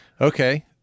Okay